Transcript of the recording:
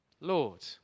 Lord